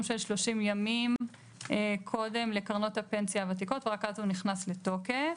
של 30 ימים קודם לקרנות הפנסיה הוותיקות ורק אז הוא נכנס לתוקף.